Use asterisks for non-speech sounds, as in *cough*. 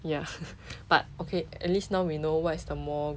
ya *laughs* but okay at least now we know what is the more